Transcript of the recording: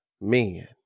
men